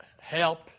help